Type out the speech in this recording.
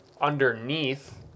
underneath